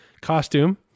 costume